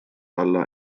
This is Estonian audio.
alla